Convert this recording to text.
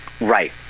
Right